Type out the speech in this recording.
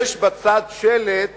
יש בצד שלט